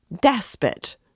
despot